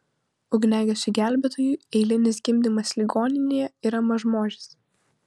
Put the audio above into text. ugniagesiui gelbėtojui eilinis gimdymas ligoninėje yra mažmožis